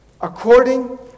according